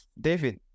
David